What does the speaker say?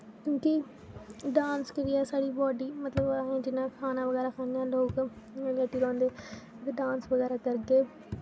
क्युंकी डांस करिये साढ़ी बाडी मतलब जिन्ने खाना बगैरा खाने लोग ते लेटी रोंह्दे डांस बगैरा करगे